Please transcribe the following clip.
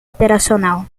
operacional